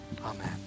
Amen